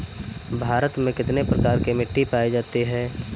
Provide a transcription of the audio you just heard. भारत में कितने प्रकार की मिट्टी पायी जाती है?